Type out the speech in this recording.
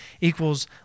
equals